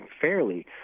fairly